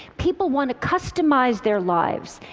people want to customize their lives.